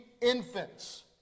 infants